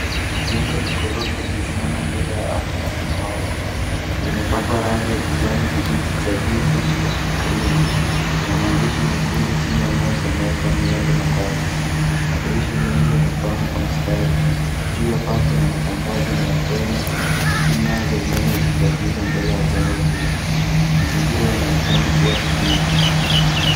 Jengo la ghorofa limesimama mbele ya anga ya samawati limepakwa rangi ya kijani kibichi cha giza na krimu. Kuna maandishi mekundu chini yanasomeka miale mabati. Madirisha mengi yamepangwa kwa mstari. Juu ya paa kuna matangazo na tena huku nyayo za umeme zikikatiza mbele ya jengo hilo. Mazingira yanaonekana kuwa tulivu.